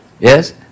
Yes